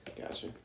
Gotcha